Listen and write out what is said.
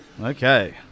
Okay